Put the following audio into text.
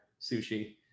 sushi